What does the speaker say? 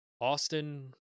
Austin